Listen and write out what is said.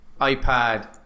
iPad